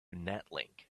natlink